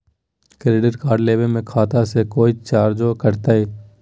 Credit card लेवे में खाता से कोई चार्जो कटतई?